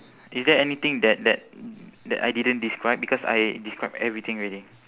is there anything that that that I didn't describe because I describe everything already